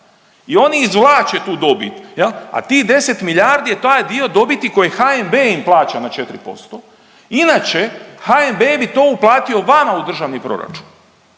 i oni izvlače tu dobit, a tih 10 miljardi je taj dobiti koje HNB im plaća na 4%. Inače HNB bi to uplatio vama u državni proračun,